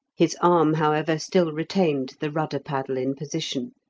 his arm, however, still retained the rudder-paddle in position,